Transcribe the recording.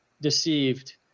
deceived